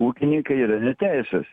ūkininkai yra neteisūs